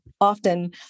often